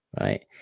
Right